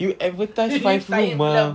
you advertise five room mah